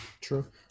true